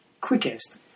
quickest